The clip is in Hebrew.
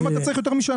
למה אתה צריך יותר משנה?